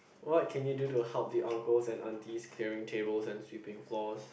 what can you do to help the uncles and aunties clearing table and sweeping floor